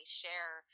share